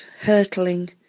hurtling